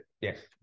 Yes